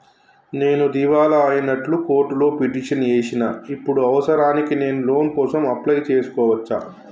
నేను దివాలా అయినట్లు కోర్టులో పిటిషన్ ఏశిన ఇప్పుడు అవసరానికి నేను లోన్ కోసం అప్లయ్ చేస్కోవచ్చా?